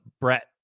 Brett